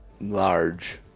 large